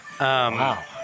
Wow